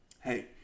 Hey